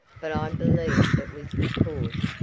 but i believe it was because,